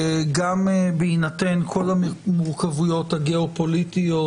גם בהינתן כל המורכבויות הגאו-פוליטיות